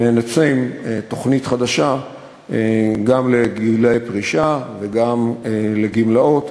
ונצא עם תוכנית חדשה גם לגילי פרישה וגם לגמלאות,